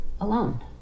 alone